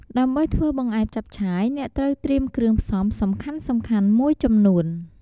ដើម្បីធ្វើបង្អែមចាប់ឆាយ អ្នកត្រូវត្រៀមគ្រឿងផ្សំសំខាន់ៗមួយចំនួន។